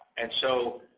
and so,